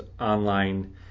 online